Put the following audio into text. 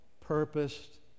purposed